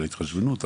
של ההתחשבנות,